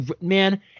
Man